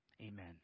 Amen